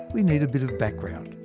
we need a bit of background,